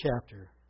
chapter